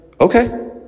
okay